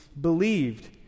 believed